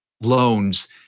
loans